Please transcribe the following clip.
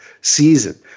season